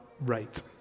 rate